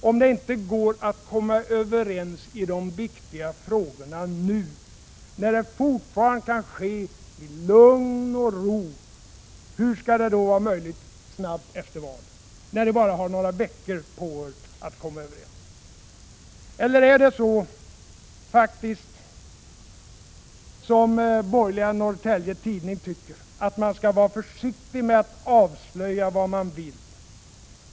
Om det inte går att komma överens i de viktiga frågorna nu, när det fortfarande kan ske i lugn och ro, hur skall det då vara möjligt snabbt efter valet, när ni bara har några veckor på er att komma överens? Eller är det faktiskt så, som den borgerliga Norrtelje Tidning tycker, att man skall vara försiktig med att avslöja vad man vill?